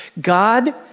God